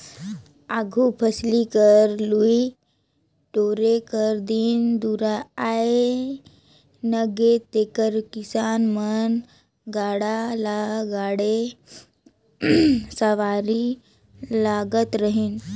आघु फसिल कर लुए टोरे कर दिन दुरा आए नगे तेकर किसान मन गाड़ा ल ठाठे सवारे लगत रहिन